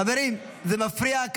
חברים, זה מפריע.